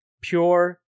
Pure